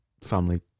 family